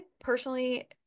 personally